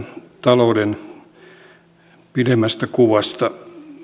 talouden pidemmästä kuvasta